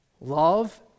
Love